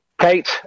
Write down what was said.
Kate